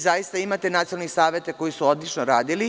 Zaista imate nacionalne savete koji su odlično radili.